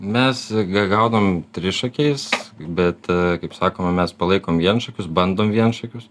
mes gaudome trišakiais bet kaip sakoma mes palaikom vienšakius bandom vienšakius